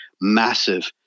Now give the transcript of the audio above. massive